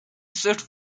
swift